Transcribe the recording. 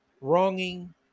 wronging